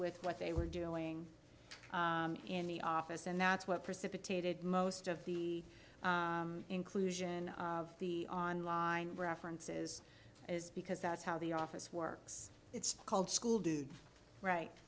with what they were doing in the office and that's what precipitated most of the inclusion of the online references is because that's how the office works it's called school do right